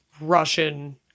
Russian